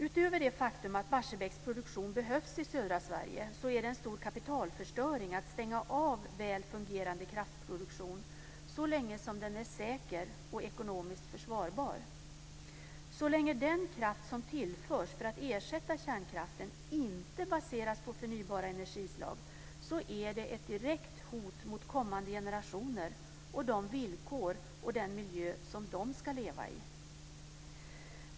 Utöver det faktum att Barsebäcks produktion behövs i södra Sverige är det en stor kapitalförstöring att stänga av väl fungerande kraftproduktion så länge som den är säker och ekonomiskt försvarbar. Så länge den kraft som tillförs för att ersätta kärnkraften inte baseras på förnybara energislag är det ett direkt hot mot kommande generationer och de villkor och den miljö som de ska leva i.